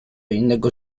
innego